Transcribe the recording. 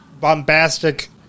bombastic